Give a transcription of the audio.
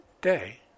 day